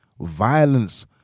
violence